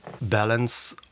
balance